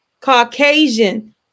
Caucasian